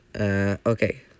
okay